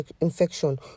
infection